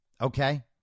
Okay